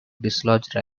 dislodge